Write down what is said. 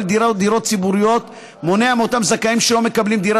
דירות ציבוריות מונעת מאותם זכאים שלא מקבלים דירה